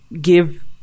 give